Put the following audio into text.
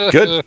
Good